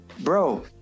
Bro